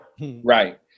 Right